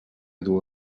duu